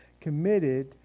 committed